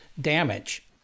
damage